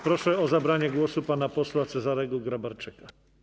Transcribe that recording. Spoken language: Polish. Proszę o zabranie głosu pana posła Cezarego Grabarczyka.